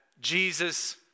Jesus